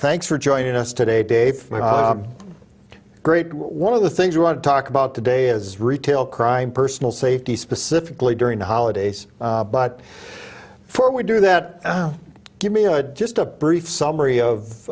thanks for joining us today dave great one of the things we want to talk about today is retail crime personal safety specifically during the holidays but for we do that give me i would just a brief summary of